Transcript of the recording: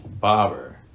Bobber